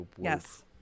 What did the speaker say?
yes